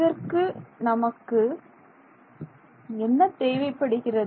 இதற்கு நமக்கு என்ன தேவைப்படுகிறது